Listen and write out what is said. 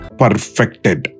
perfected